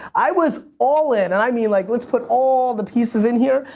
i was all in, and i mean like let's put all the pieces in here.